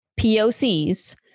POCs